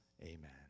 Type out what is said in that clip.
Amen